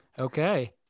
Okay